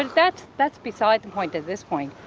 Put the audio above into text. and that's that's beside the point at this point.